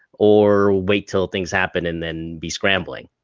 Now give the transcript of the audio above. or wait till things happen and then be scrambling.